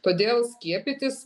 todėl skiepytis